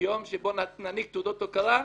יום שבו נעניק תעודות הוקרה.